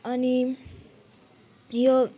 अनि यो